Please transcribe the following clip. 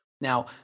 Now